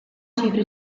cifre